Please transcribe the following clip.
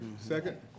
Second